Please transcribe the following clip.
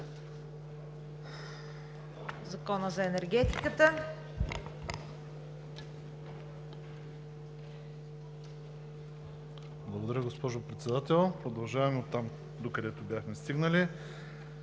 Закона за енергетиката.